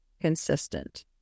consistent